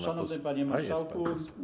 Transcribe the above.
Szanowny Panie Marszałku!